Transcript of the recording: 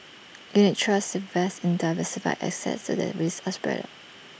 unit trusts invest in diversified assets so that risks are spread out